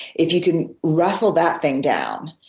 if you can wrestle that thing down,